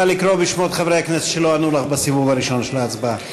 נא לקרוא בשמות חברי הכנסת שלא ענו לך בסיבוב הראשון של ההצבעה.